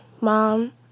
mom